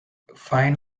find